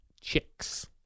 chicks